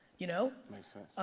you know? makes sense.